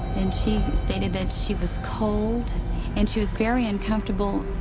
she stated that she was cold and she was very uncomfortable.